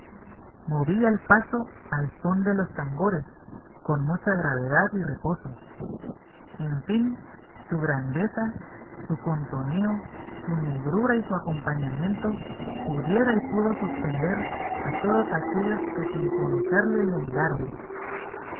movía el paso al son de los tambores con mucha gravedad y reposo en fin su grandeza su contoneo su negrura y su acompañamiento pudiera y pudo suspender a todos aquellos que sin conocerle le miraron